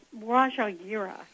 Rajagira